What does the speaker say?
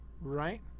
right